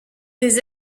des